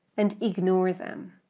and ignore them.